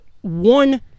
one